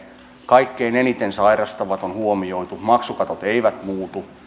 kaikkein eniten sairastavat on huomioitu maksukatot eivät muutu